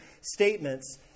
statements